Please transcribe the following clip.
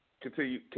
Continue